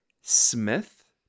Smith